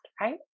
Right